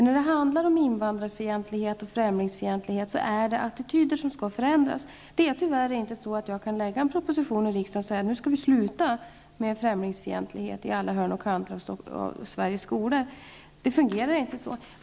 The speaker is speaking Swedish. När det handlar om invandrar och främlingsfientlighet är det attityder som skall förändras. Jag kan tyvärr inte lägga fram en proposition för riksdagen och säga att vi skall sluta med främlingsfientlighet i alla hörn och kanter av Sveriges skolor. Det fungerar inte så.